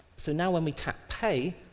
so now, when we tap pay,